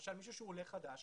מישהו שהוא עולה חדש,